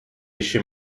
eşi